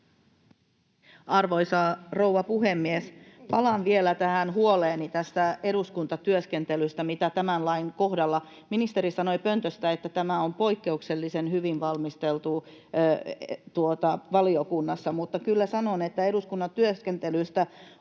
Arvoisa rouva puhemies! Palaan vielä tähän huoleeni eduskuntatyöskentelystä, kun tämän lain kohdalla ministeri sanoi pöntöstä, että tämä on poikkeuksellisen hyvin valmisteltu valiokunnassa. Mutta kyllä sanon, että eduskunnan työskentelystä on